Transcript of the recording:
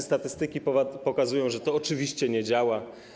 Statystyki pokazują, że to oczywiście nie działa.